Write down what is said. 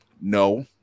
No